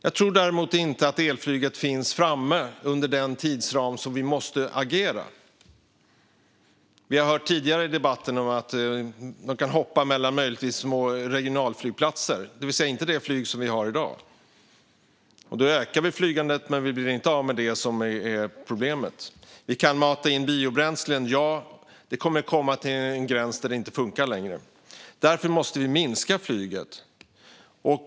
Jag tror däremot inte att elflyget kommer att finnas framme inom den tidsram som vi måste agera inom. Vi har hört tidigare i debatten att man möjligtvis kan hoppa mellan små regionalflygplatser, det vill säga inte ha det flyg som vi har i dag. Då ökar vi flygandet, men vi blir inte av med problemet. Ja, vi kan mata in biobränslen. Men det kommer att komma till en gräns där det inte längre funkar. Därför måste vi minska flygandet.